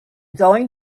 going